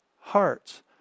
hearts